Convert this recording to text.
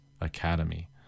academy